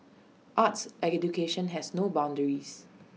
arts has no boundaries